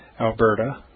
Alberta